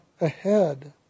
ahead